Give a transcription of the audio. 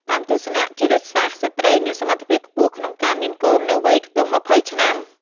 តាមទស្សនៈជីវសាស្ត្រ ស្ត្រីមានសមត្ថភាពខ្ពស់ក្នុងការមានកូននៅវ័យខ្ទង់ ២០ ឆ្នាំ ។